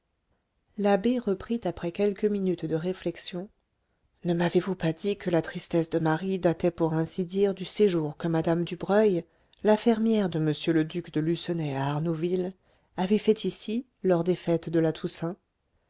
l'abbé reprit après quelques minutes de réflexions ne m'avez-vous pas dit que la tristesse de marie datait pour ainsi dire du séjour que mme dubreuil la fermière de m le duc de lucenay à arnouville avait fait ici lors des fêtes de la toussaint